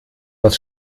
was